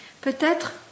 peut-être